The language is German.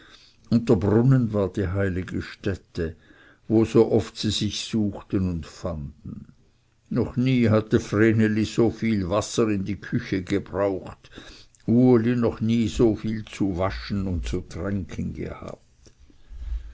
der brunnen war die heilige stätte wo so oft sie sich suchten und fanden noch nie hatte vreneli so viel wasser in die küche gebraucht uli noch nie so viel zu waschen oder zu tränken gehabt